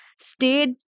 stayed